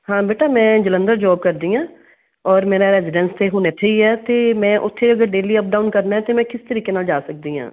ਹਾਂ ਬੇਟਾ ਮੈਂ ਜਲੰਧਰ ਜੋਬ ਕਰਦੀ ਹਾਂ ਔਰ ਮੇਰਾ ਰੈਜੀਡੈਂਸ ਤਾਂ ਹੁਣ ਇੱਥੇ ਹੀ ਹੈ ਅਤੇ ਮੈਂ ਉੱਥੇ ਅਗਰ ਡੇਲੀ ਅਪ ਡਾਊਨ ਕਰਨਾ ਤਾਂ ਮੈਂ ਕਿਸ ਤਰੀਕੇ ਨਾਲ ਜਾ ਸਕਦੀ ਹਾਂ